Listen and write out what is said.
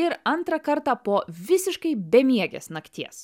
ir antrą kartą po visiškai bemiegės nakties